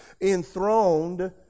enthroned